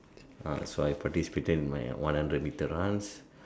ah so I participated in my one hundred metre runs